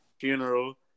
funeral